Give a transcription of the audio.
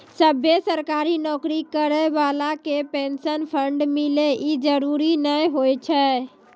सभ्भे सरकारी नौकरी करै बाला के पेंशन फंड मिले इ जरुरी नै होय छै